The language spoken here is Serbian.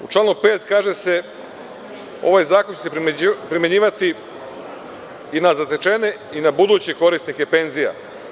U članu 5. kaže se – ovaj zakon će se primenjivati i na zatečene i na buduće korisnike penzija.